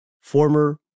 former